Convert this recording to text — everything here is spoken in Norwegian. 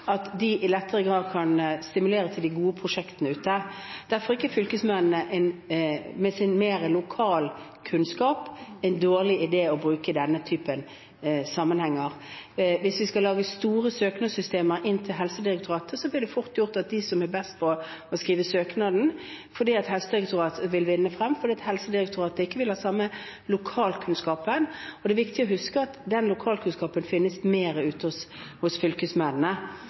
med sin større lokalkunnskap, en dårlig idé å bruke i denne typen sammenhenger. Hvis vi skal lage store søknadssystemer inn til Helsedirektoratet, blir det fort slik at det er de som er best til å skrive søknad, som vinner frem, for Helsedirektoratet har ikke den samme lokalkunnskapen, og det er viktig å huske at lokalkunnskapen finnes i større grad ute hos fylkesmennene.